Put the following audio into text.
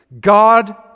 God